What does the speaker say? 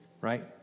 right